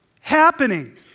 happening